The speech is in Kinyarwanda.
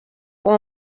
uwo